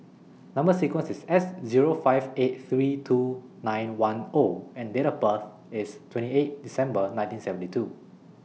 Number sequence IS S Zero five eight three two nine one O and Date of birth IS twenty eight December nineteen seventy two